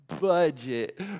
budget